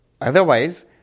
Otherwise